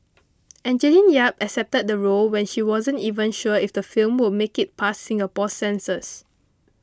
Angeline Yap accepted the role when she wasn't even sure if the film will make it past Singapore's censors